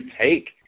take